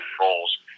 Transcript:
roles